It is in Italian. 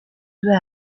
due